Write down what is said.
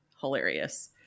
hilarious